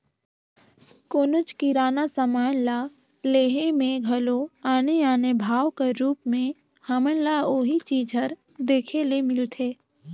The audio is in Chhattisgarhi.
कोनोच किराना समान ल लेहे में घलो आने आने भाव कर रूप में हमन ल ओही चीज हर देखे ले मिलथे